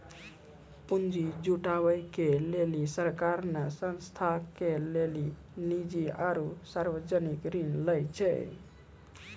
पुन्जी जुटावे के लेली सरकार ने संस्था के लेली निजी आरू सर्वजनिक ऋण लै छै